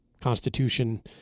constitution